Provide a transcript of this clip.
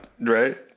right